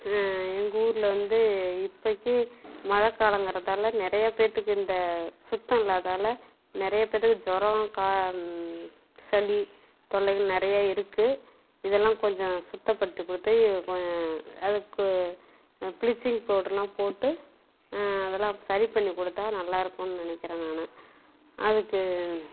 எங்கள் ஊரில் வந்து இப்போக்கி மழைக் காலங்கிறதால நிறைய பேருத்துக்கு இந்த சுத்தம் இல்லாதால் நிறைய பேருத்துக்கு ஜூரம் கா சளி தொல்லைகள் நிறைய இருக்குது இதெல்லாம் கொஞ்சம் சுத்தம் படுத்தி கொடுத்து கொஞ் அதுக்கு பிளீச்சிங் பவுட்ரெலாம் போட்டு அதெல்லாம் சரி பண்ணி கொடுத்தா நல்லாயிருக்குன்னு நினைக்கிறேன் நான் அதுக்கு